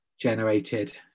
generated